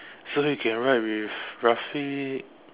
so you can ride with Rafiq